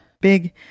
big